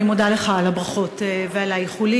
אני מודה לך על הברכות ועל האיחולים,